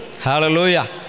Hallelujah